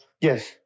Yes